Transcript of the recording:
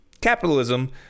capitalism